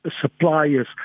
suppliers